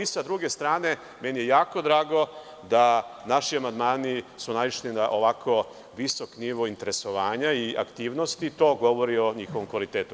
Sa druge strane, meni je jako drago da naši amandmani su naišli na ovako visok nivo interesovanja i aktivnosti i to govori o njihovom kvalitetu.